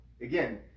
again